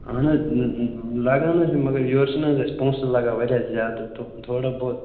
اَہَن حظ لگان حظ چھِ مگر یورٕ چھِنہٕ حظ اَسہِ پۄنٛسہٕ لگان واریاہ زیادٕ تہٕ تھوڑا بہت